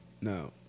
No